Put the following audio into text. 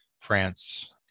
France